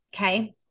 Okay